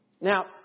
Now